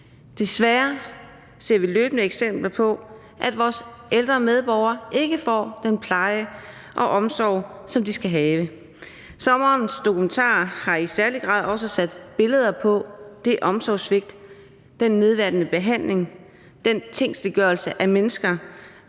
Desværre ser vi løbende eksempler på, at vores ældre medborgere ikke får den pleje og omsorg, som de skal have. Sommerens dokumentar har i særlig grad sat billeder på det omsorgssvigt, den nedværdigende behandling og den tingsliggørelse af mennesker